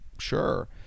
sure